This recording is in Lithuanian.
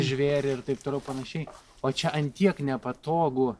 žvėrį ir taip toliau panašiai o čia ant tiek nepatogu